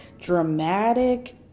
dramatic